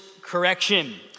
Correction